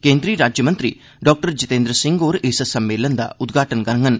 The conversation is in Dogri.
केन्द्रीय राज्यमंत्री डॉ जितेन्द्र सिंह होर इस सम्मेलन दा उद्घाटन करङन